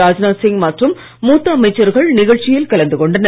ராஜ்நாத் சிங் மற்றும் மூத்த அமைச்சர்கள் நிகழ்ச்சியில் கலந்து கொண்டனர்